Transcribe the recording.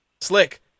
Slick